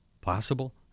possible